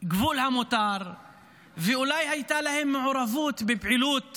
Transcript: הגבול המותר ואולי הייתה להם מעורבות בפעילות